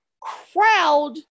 crowd